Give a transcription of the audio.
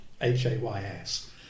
h-a-y-s